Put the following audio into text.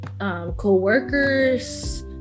co-workers